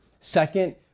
Second